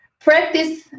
practice